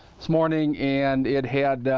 this morning and it had,